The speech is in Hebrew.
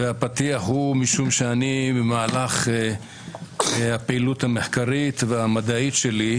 והפתיח הוא משום שאני במהלך הפעילות המחקרית והמדעית שלי,